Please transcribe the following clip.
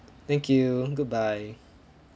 thank you good bye